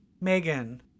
Megan